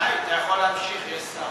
די, אתה יכול להמשיך, יש שר.